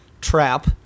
trap